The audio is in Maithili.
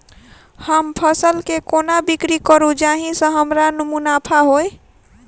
हम फसल केँ कोना बिक्री करू जाहि सँ हमरा मुनाफा होइ?